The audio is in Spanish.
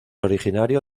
originario